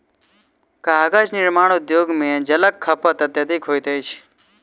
कागज निर्माण उद्योग मे जलक खपत अत्यधिक होइत अछि